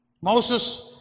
Moses